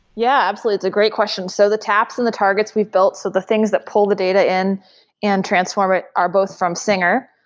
yeah, absolutely. it's a great question. so the taps and the targets we've built, so the things that pull the data in and transform it are both from singer,